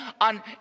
on